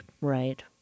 Right